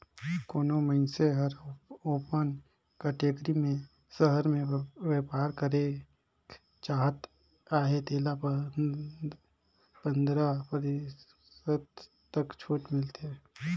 कोनो मइनसे हर ओपन कटेगरी में सहर में बयपार करेक चाहत अहे तेला पंदरा परतिसत तक छूट मिलथे